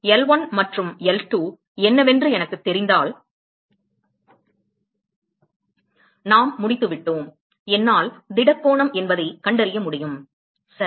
எனவே L1 மற்றும் L2 என்னவென்று எனக்குத் தெரிந்தால் நாம் முடித்துவிட்டோம் என்னால் திடக் கோணம் என்பதைக் கண்டறிய முடியும் சரி